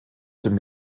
dem